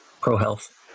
pro-health